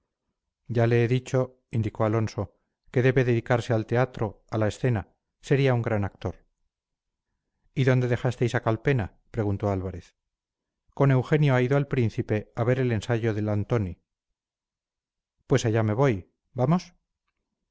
ya le he dicho indicó alonso que debe dedicarse al teatro a la escena sería un gran actor y dónde dejasteis a calpena preguntó álvarez con eugenio ha ido al príncipe a ver el ensayo del antony pues allá me voy vamos